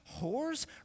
whores